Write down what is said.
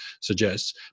suggests